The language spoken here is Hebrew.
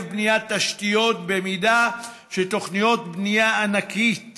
בניית תשתיות אם תוכניות בנייה ענקיות